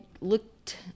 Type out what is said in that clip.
looked